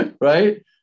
right